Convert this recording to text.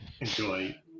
enjoy